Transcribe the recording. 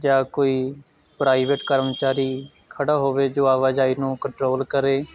ਜਾਂ ਕੋਈ ਪ੍ਰਾਈਵੇਟ ਕਰਮਚਾਰੀ ਖੜ੍ਹਾ ਹੋਵੇ ਜੋ ਆਵਾਜਾਈ ਨੂੰ ਕੰਟਰੋਲ ਕਰੇ